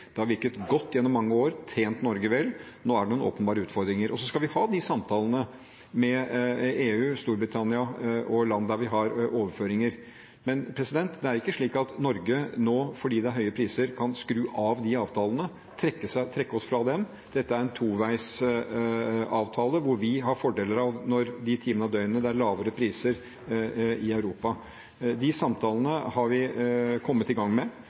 Det har virket godt gjennom mange år og har tjent Norge vel – nå er det noen åpenbare utfordringer. Så skal vi ha de samtalene med EU, Storbritannia og land der vi har overføringer, men det er ikke slik at Norge nå, fordi det er høye priser, kan skru av de avtalene og trekke oss fra dem. Dette er en toveis avtale, hvor vi har fordeler av det de timene i døgnet det er lavere priser i Europa. De samtalene har vi kommet i gang med.